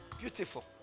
Beautiful